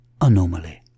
Anomaly